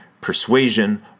persuasion